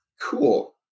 Cool